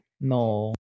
no